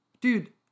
dude